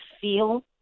feel